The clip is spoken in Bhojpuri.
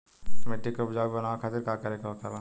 मिट्टी की उपजाऊ बनाने के खातिर का करके होखेला?